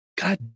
God